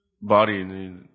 body